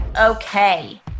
Okay